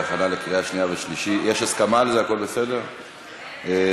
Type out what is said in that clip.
אני קובע שהצעת החוק עברה ותעבור להכנה לקריאה שנייה ושלישית לוועדה,